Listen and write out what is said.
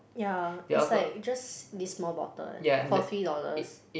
yeah it's like just this small bottle eh for three dollars